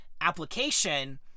application